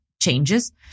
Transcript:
changes